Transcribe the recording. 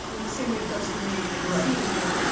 in the same way it does for me i can see it in you,